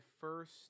first